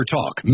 Talk